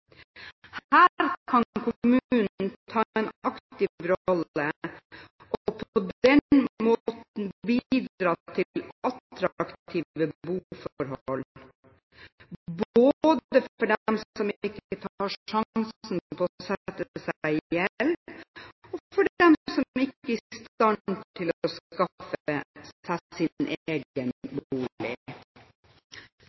Her kan kommunen ta en aktiv rolle og på den måten bidra til attraktive boforhold, både for dem som ikke tar sjansen på å sette seg i gjeld, og for dem som ikke er i stand til å skaffe seg sin egen